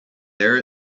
there